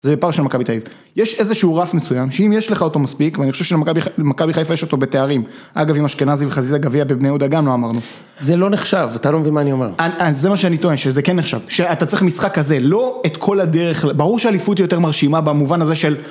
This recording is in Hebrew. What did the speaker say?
זה פער של מכבי תל אביב, יש איזשהו רף מסוים שאם יש לך אותו מספיק ואני חושב שלמכבי חיפה יש אותו בתארים, אגב עם אשכנזי וחזיזה גביע בבני יהודה גם לא אמרנו, זה לא נחשב, ואתה לא מבין מה אני אומר, זה מה שאני טוען שזה כן נחשב, שאתה צריך משחק כזה לא את כל הדרך, ברור שהאליפות היא יותר מרשימה במובן הזה של